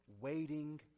waiting